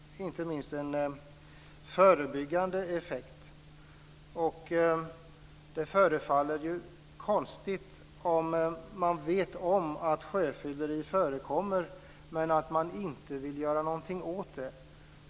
Inte minst skulle den ha en förebyggande effekt. Det förefaller ju konstigt att man, om man vet om att sjöfylleri förekommer, inte vill göra någonting åt det.